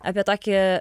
apie tokį